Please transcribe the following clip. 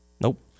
Nope